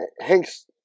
Hank's